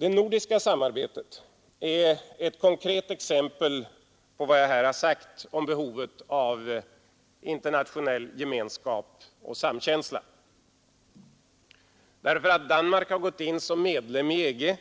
Det nordiska samarbetet är ett konkret exempel på vad jag här har sagt om behovet av internationell gemenskap och samkänsla. Därför att Danmark har gått in som medlem i EG